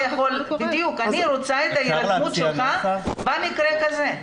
אני רוצה את ההירתמות שלך במקרה כזה.